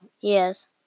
Yes